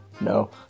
No